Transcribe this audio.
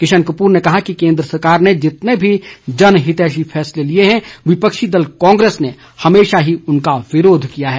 किशन कपूर ने कहा कि केन्द्र सरकार ने जितने भी जन हितैषी फैंसले लिए हैं विपक्षी दल कांग्रेस ने हमेशा ही उनका विरोध किया है